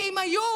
כי אם היו,